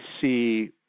see